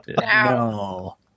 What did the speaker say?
no